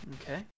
Okay